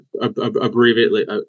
abbreviate